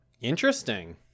Interesting